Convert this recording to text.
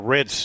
Red